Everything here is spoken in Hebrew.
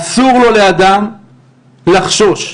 אסור לאדם לחשוש.